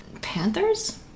panthers